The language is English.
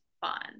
fun